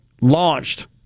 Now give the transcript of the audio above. launched